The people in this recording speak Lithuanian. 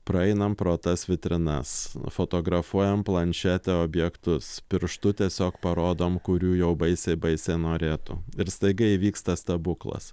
praeinam pro tas vitrinas nufotografuojam planšetę objektus pirštu tiesiog parodom kurių jau baisiai baisiai norėtų ir staiga įvyksta stebuklas